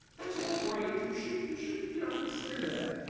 that's all great. you should you should you know consider that.